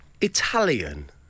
Italian